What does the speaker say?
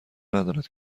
ندارد